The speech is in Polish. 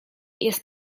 jest